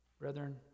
brethren